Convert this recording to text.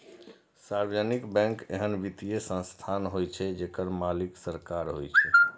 सार्वजनिक बैंक एहन वित्तीय संस्थान होइ छै, जेकर मालिक सरकार होइ छै